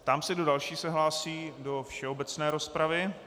Ptám se, kdo další se hlásí do všeobecné rozpravy.